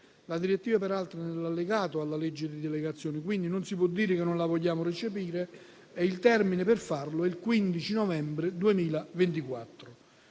La direttiva peraltro è nell'allegato alla legge di delegazione, quindi non si può dire che non la vogliamo recepire, e il termine per farlo è il 15 novembre 2024.